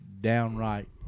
downright